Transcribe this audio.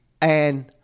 and-